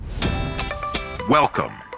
Welcome